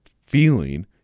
feeling